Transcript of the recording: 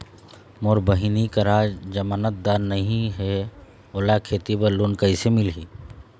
मोर बहिनी करा जमानतदार नई हे, ओला खेती बर लोन कइसे मिलही?